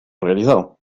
realizado